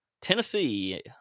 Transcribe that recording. Tennessee